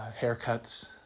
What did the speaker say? haircuts